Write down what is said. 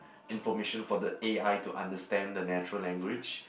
information for the A_I to understand the natural language